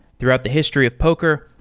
throughout the history of poker,